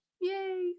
Yay